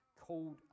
called